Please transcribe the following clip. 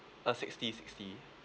uh sixty sixty